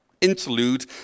interlude